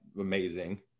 amazing